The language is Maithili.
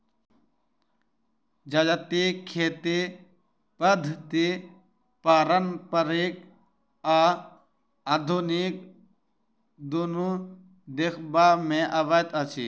जजातिक खेती पद्धति पारंपरिक आ आधुनिक दुनू देखबा मे अबैत अछि